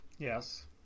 Yes